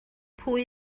pwy